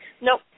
Nope